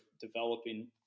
developing